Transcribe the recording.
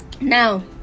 now